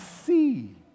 see